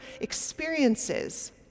experiences